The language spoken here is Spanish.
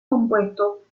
compuesto